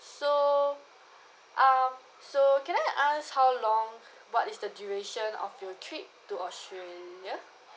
so um so can I ask how long what is the duration of your trip to australia